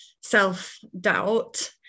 self-doubt